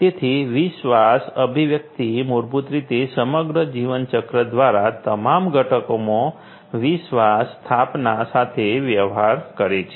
તેથી વિશ્વાસ અભિવ્યક્તિ મૂળભૂત રીતે સમગ્ર જીવનચક્ર દ્વારા તમામ ઘટકોમાં વિશ્વાસ સ્થાપના સાથે વ્યવહાર કરે છે